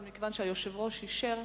אבל מכיוון שהיושב-ראש אישר,